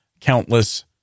countless